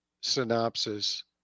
synopsis